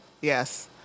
yes